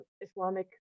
islamic